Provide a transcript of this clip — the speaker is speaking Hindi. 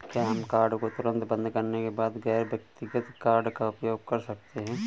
क्या हम कार्ड को तुरंत बंद करने के बाद गैर व्यक्तिगत कार्ड का उपयोग कर सकते हैं?